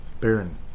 Baron